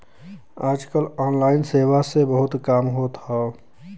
आज कल ऑनलाइन सेवा से बहुत काम होत हौ